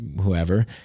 whoever